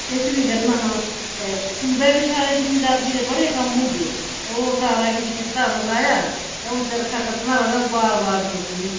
किश बी करना हा ते खुंबे बी साढ़े जिमींदारिये दे बड़े कम्म होंदे ते ओह् सारा किश कीता मकाया ते हून चरखा कत्तना होऐ तां आ'ऊं बार बार सोचनी